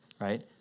right